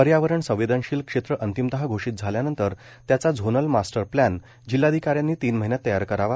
पर्यावरण संवेदनशील क्षेत्र अंतिमतः घोषित झाल्यानंतर त्याचा झोनल मास्टर प्लब्ध जिल्हाधिकाऱ्यांनी तीन महिन्यात तयार करावा